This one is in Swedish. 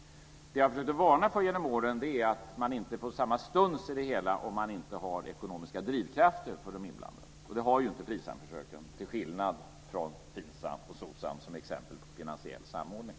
Det jag har försökt att varna för genom åren är att man inte får samma stuns i det hela om man inte har ekonomiska drivkrafter för de inblandade. Det har ju inte försöken med Frisam, till skillnad från Finsam och Socsam, som är exempel på finansiell samordning.